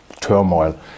turmoil